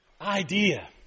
idea